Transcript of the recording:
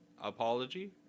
apology